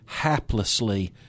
haplessly